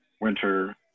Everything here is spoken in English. winter